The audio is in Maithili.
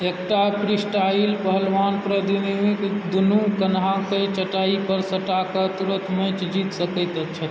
एकटा फ्री स्टाइल पहलवान प्रतिद्वन्द्वीक दुनू कन्हाकेँ चटाइपर सटाकऽ तुरत मैच जीत सकैत छथि